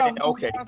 Okay